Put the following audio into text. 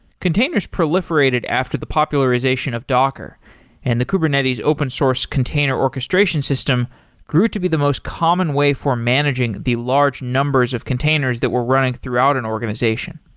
containers proliferated after the popularization of docker and the kubernetes open source container orchestration system grew to be the most common way for managing the large numbers of containers that were running throughout an organization.